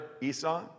Esau